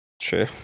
True